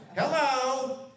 Hello